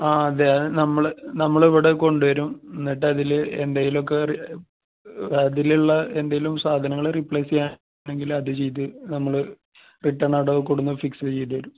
ആ അതെ നമ്മൾ നമ്മൾ ഇവിടെ കൊണ്ട് വരും എന്നിട്ട് അതിൽ എന്തേലും ഒക്കെ അതിലുള്ള എന്തേലും സാധനങ്ങൾ റീപ്ലേസ് ചെയ്യാനാണെങ്കിൽ അത് ചെയ്ത് നമ്മൾ റിട്ടേൺ അവിടെ കൊണ്ടുവന്ന് ഫിക്സ് ചെയ്ത് തരും